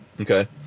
Okay